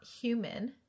human